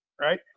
Right